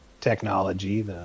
technology